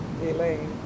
Elaine